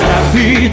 Happy